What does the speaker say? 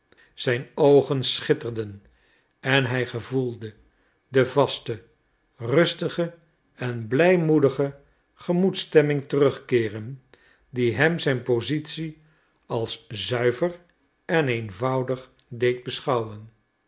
zijn oogen schitterden en hij gevoelde de vaste rustige en blijmoedige gemoedsstemming terugkeeren die hem zijn positie als zuiver en eenvoudig deed beschouwen